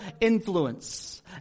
influence